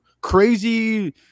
crazy